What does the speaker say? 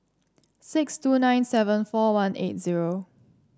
six two nine seven four one eight zero